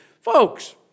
Folks